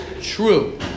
true